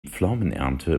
pflaumenernte